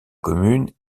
commune